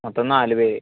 മൊത്തം നാല് പേർ